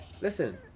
Listen